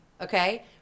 okay